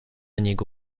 niego